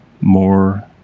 more